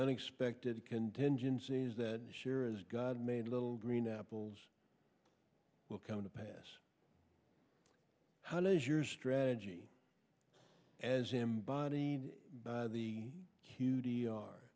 unexpected contingencies that sure as god made little green apples will come to pass how does your strategy as embodied by the